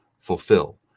fulfill